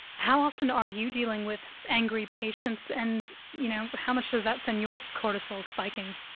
how often are you dealing with angry patients and, you know, how much does that send your cortisol spiking?